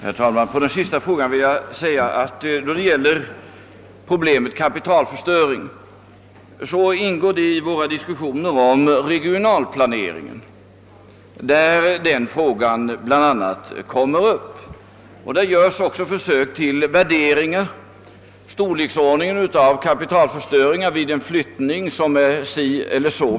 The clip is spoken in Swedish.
Herr talman! På den fråga som herr Gustavsson i Alvesta ställde sist i sitt anförande vill jag svara att problemet kapitalförstöring ingår i våra diskussioner om regionalplaneringen. Det görs också försök till värderingar av hur stor kapitalförstöringen blir vid en flyttning av den och den omfattningen.